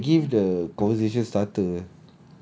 that's why they give the conversation starter